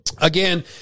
again